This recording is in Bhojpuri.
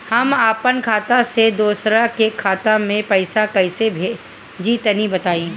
हम आपन खाता से दोसरा के खाता मे पईसा कइसे भेजि तनि बताईं?